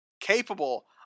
capable